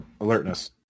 Alertness